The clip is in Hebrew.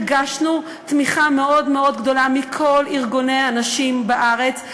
הרגשנו תמיכה מאוד גדולה מכל ארגוני הנשים בארץ.